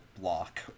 block